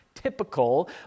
Typical